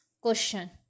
Question